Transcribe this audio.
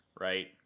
right